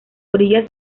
orillas